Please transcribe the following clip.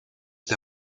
the